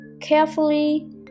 carefully